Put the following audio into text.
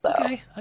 Okay